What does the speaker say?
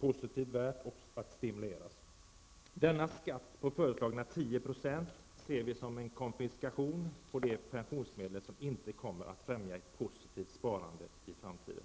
positivt och värt att stimulera. Den föreslagna skatten på 10 % ser vi såsom en konfiskation av pensionsmedel som inte kommer att främja ett positivt sparande i framtiden.